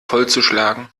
vollzuschlagen